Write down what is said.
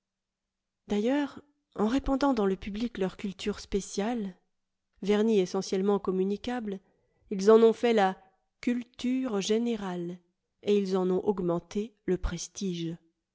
d'ailleurs en répandant dans le public leur culture spéciale vernis essentiellement communicable ils en ont fait la culture générale et ils en ont augmenté le prestige